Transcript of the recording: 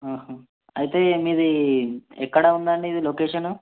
అయితే మీది ఎక్కడ ఉందండి ఇది లొకేషన్